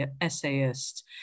essayist